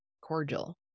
cordial